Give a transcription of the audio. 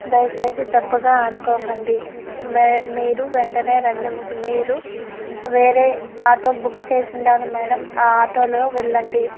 దయచేసి తప్పుగా అనుకోకండి మే మీరు వెంటనే రండి మీరు వేరే ఆటో బుక్ చేసుండాను మ్యాడమ్ ఆ ఆటో లో వెల్లండి